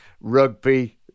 rugby